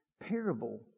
parable